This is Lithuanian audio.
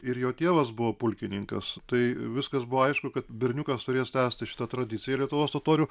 ir jo tėvas buvo pulkininkas tai viskas buvo aišku kad berniukas turės tęsti šitą tradiciją lietuvos totorių